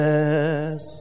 Yes